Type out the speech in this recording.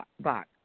box